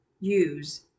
use